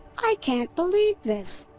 i can't believe this!